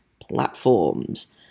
platforms